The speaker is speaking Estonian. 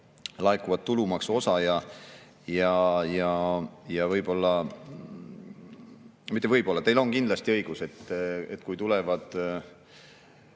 laekuvat tulumaksu osa. Võib-olla, mitte võib-olla, vaid teil on kindlasti õigus, et kui tulevad